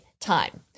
time